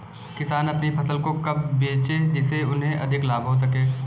किसान अपनी फसल को कब बेचे जिसे उन्हें अधिक लाभ हो सके?